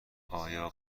آیا